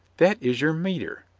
that is your metier.